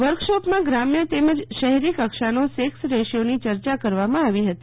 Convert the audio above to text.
વર્કશોપમાં ગ્રામ્યી તેમજ શહેરી કક્ષાનો સેકસ રેશિયોની ચર્ચા કરવામાં આવી હતી